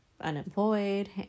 unemployed